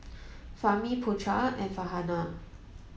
Fahmi Putra and Farhanah